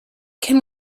can